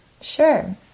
Sure